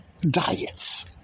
Diets